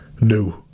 new